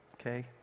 okay